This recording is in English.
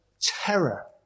terror